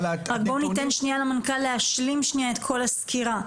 בואו ניתן למנכ"ל להשלים את כל הסקירה.